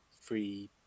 free